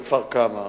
וכפר-כמא.